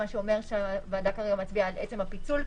מה שאומר שהוועדה כרגע מצביעה על עצם הפיצול,